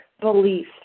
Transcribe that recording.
belief